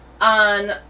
On